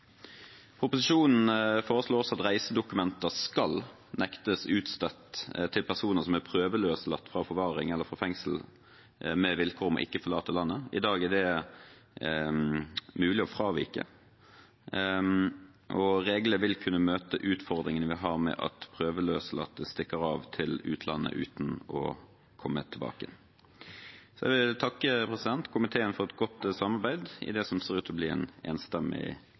Proposisjonen foreslår at reisedokumenter skal nektes utstedt til personer som er prøveløslatt fra forvaring eller fengsel med vilkår om ikke å forlate landet. I dag er det mulig å fravike. Reglene vil kunne møte utfordringene vi har med at prøveløslatte stikker av til utlandet uten å komme tilbake. Jeg vil takke komiteen for et godt samarbeid i det som ser ut til å bli en enstemmig